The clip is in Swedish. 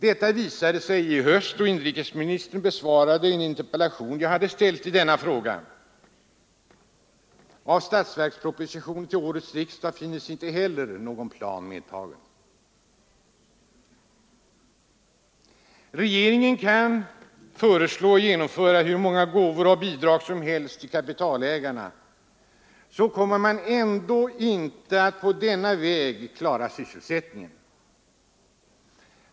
Det visade sig i höstas, då inrikesministern besvarade en interpellation som jag framställt i detta ämne. I statsverkspropositionen till årets riksdag finns inte heller någon plan härför medtagen. Regeringen kan föreslå och genomföra hur många gåvor och bidrag som helst till kapitalägarna — den kommer ändå inte att på denna väg klara sysselsättningen.